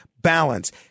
Balance